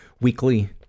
weekly